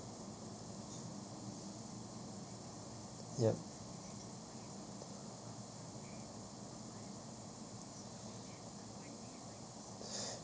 ya